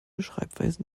schreibweisen